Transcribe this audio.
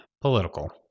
political